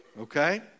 okay